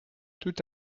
tout